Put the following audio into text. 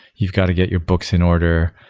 you've got to get your books in order.